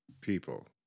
People